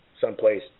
someplace